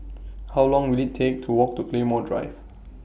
How Long Will IT Take to Walk to Claymore Drive